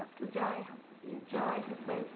اَصٕل جاے حظ یہِ جاے حظ تَتہِ